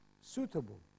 suitable